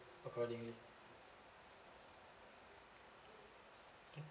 accordingly